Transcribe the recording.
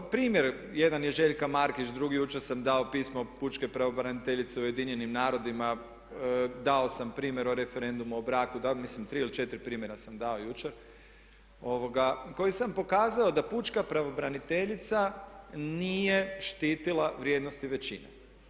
Primjer jedan je Željka Markić, drugi jučer sam dao pismo pučke pravobraniteljice UN-a, dao sam primjer o referendumu o braku, mislim tri ili četiri primjera sam dao jučer kojima sam pokazao da pučka pravobraniteljica nije štitila vrijednosti većine.